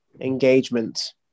engagement